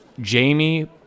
Jamie